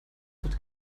wird